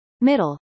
Middle